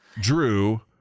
Drew